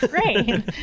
Great